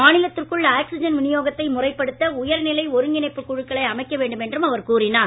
மாநிலத்திற்குள் oxygen விநியோகத்தை முறைப்படுத்த உயர்நிலை ஒருங்கிணைப்பு குழுக்களை அமைக்க வேண்டும் என்றும் அவர் கூறினார்